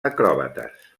acròbates